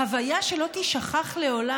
חוויה שלא תישכח לעולם.